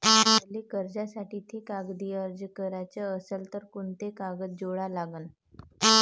मले कर्जासाठी थे कागदी अर्ज कराचा असन तर कुंते कागद जोडा लागन?